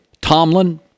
Tomlin